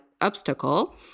obstacle